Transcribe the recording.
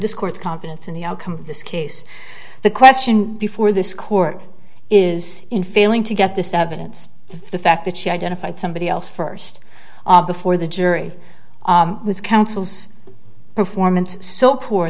discourse confidence in the outcome of this case the question before this court is in failing to get this evidence the fact that she identified somebody else first before the jury was counsel's performance so poor